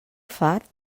fart